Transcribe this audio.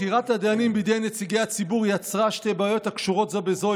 בחירת הדיינים בידי נציגי הציבור יצרה שתי בעיות הקשורות זה בזו,